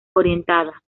orientada